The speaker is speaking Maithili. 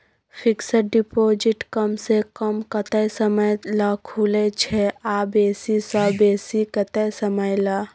फिक्सड डिपॉजिट कम स कम कत्ते समय ल खुले छै आ बेसी स बेसी केत्ते समय ल?